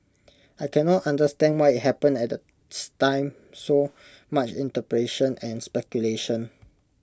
I can not understand why IT happened at this time so much interpretation and speculation